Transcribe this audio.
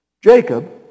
Jacob